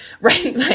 right